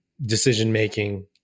decision-making